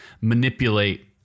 manipulate